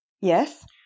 Yes